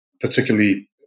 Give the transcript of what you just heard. particularly